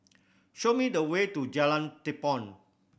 show me the way to Jalan Tepong